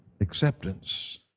acceptance